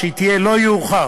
שהיא תהיה לא יאוחר